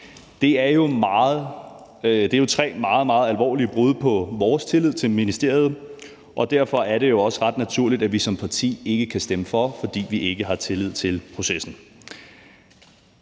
Det er jo tre meget, meget alvorlige brud på vores tillid til ministeriet, og derfor er det jo også ret naturligt, at vi som parti ikke kan stemme for, altså fordi vi ikke har tillid til processen.